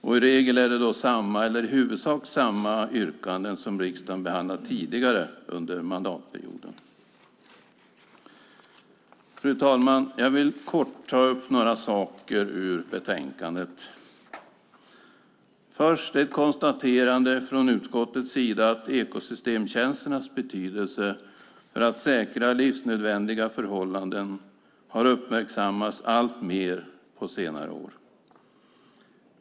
I regel är det då samma eller i huvudsak samma yrkanden som riksdagen behandlat tidigare under mandatperioden. Fru talman! Jag vill kort ta upp några saker ur betänkandet. Först ett konstaterande från utskottets sida att ekosystemtjänsternas betydelse för att säkra livsnödvändiga förhållanden har uppmärksammats allt mer på senare år.